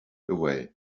away